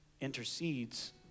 intercedes